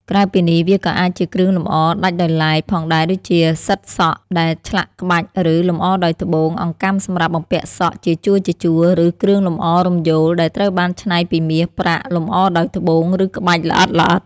ក្រៅពីនេះ វាក៏អាចជា គ្រឿងលម្អដាច់ដោយឡែក ផងដែរ ដូចជា សិតសក់ ដែលឆ្លាក់ក្បាច់ ឬលម្អដោយត្បូង អង្កាំសម្រាប់បំពាក់សក់ ជាជួរៗ ឬ គ្រឿងលម្អរំយោល ដែលត្រូវបានច្នៃពីមាស ប្រាក់ លម្អដោយត្បូង ឬក្បាច់ល្អិតៗ។